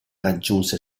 raggiunse